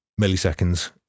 milliseconds